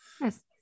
Yes